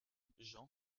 jean